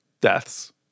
deaths